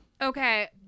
Okay